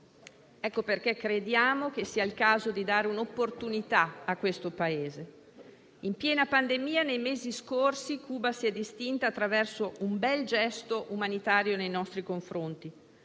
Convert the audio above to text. Ecco perché crediamo che sia il caso di dare un'opportunità a questo Paese. In piena pandemia, nei mesi scorsi Cuba si è distinta attraverso un bel gesto umanitario nei nostri confronti.